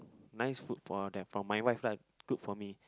nice food put out there from my wife lah cook for me